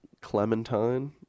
Clementine